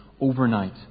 overnight